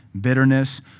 bitterness